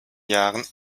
jahren